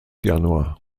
januar